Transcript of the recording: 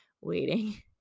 waiting